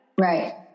Right